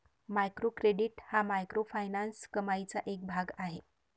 micro credit हा microfinance कमाईचा एक भाग आहे